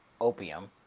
opium